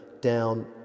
down